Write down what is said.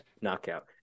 knockout